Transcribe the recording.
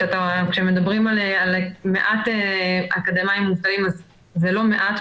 כשמדברים על מעט אקדמאים מובטלים אז זה לא מעט,